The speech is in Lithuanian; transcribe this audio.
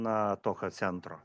na tokio centro